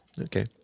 Okay